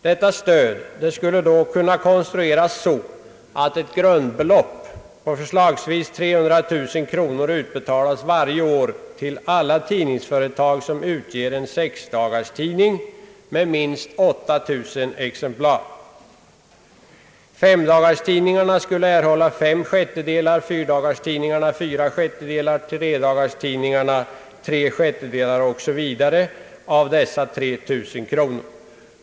Detta stöd skulle kunna konstrueras så att ett grundbelopp på förslagsvis 300 000 kronor utbetalas varje år till alla tidningsföretag som utger en sexdagarstidning med minst 8000 exemplar. Femdagarstidningarna skulle erhålla fem sjättedelar, fyradagarstidningarna fyra sjättedelar, tredagarstidningarna tre sjättedelar osv. av dessa 300 000 kronor.